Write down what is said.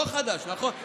לא חדש, נכון?